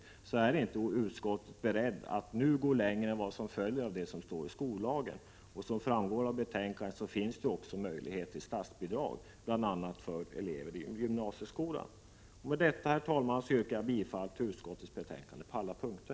Utskottet är inte berett att nu gå längre än vad som följer av vad som står i skollagen. Som framgår av betänkandet finns det också möjlighet till statsbidrag, bl.a. för elever i gymnasieskolan. Med detta, herr talman, yrkar jag bifall till utskottets hemställan på alla punkter.